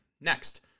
Next